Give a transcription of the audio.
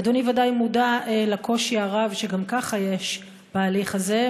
אדוני ודאי מודע לקושי הרב שגם ככה יש בהליך הזה,